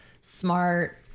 smart